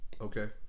Okay